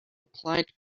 applied